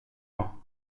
vent